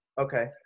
okay